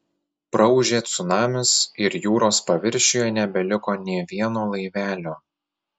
praūžė cunamis ir jūros paviršiuje nebeliko nė vieno laivelio